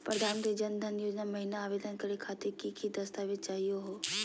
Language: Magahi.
प्रधानमंत्री जन धन योजना महिना आवेदन करे खातीर कि कि दस्तावेज चाहीयो हो?